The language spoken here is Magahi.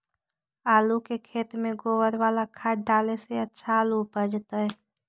आलु के खेत में गोबर बाला खाद डाले से अच्छा आलु उपजतै?